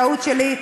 טעות שלי.